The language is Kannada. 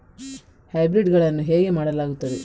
ಹೈಬ್ರಿಡ್ ಗಳನ್ನು ಹೇಗೆ ಮಾಡಲಾಗುತ್ತದೆ?